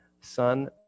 son